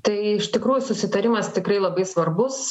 tai iš tikrųjų susitarimas tikrai labai svarbus